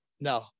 No